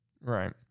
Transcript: Right